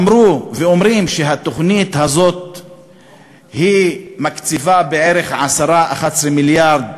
אמרו ואומרים שהתוכנית הזאת מקציבה בערך 10 11 מיליארד